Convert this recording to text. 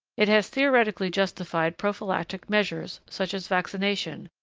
it has theoretically justified prophylactic measures, such as vaccination,